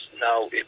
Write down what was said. Now